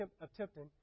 attempting